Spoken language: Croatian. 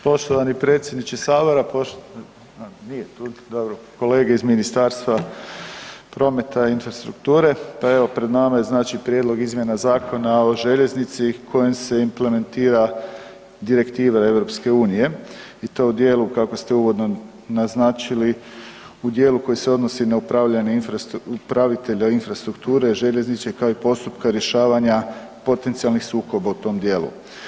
Poštovani predsjedniče sabora, poštovani kolege iz Ministarstva prometa i infrastrukture, pa evo pred nama je znači Prijedlog izmjena Zakona o željeznici kojim se implementira Direktive EU i to u dijelu kako ste uvodno naznačili, u dijelu koji se odnosi na upravitelja infrastrukture željeznice kao i postupka rješavanja potencijalnih sukoba u tom dijelu.